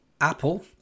apple